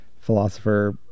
philosopher